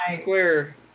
square